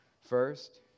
First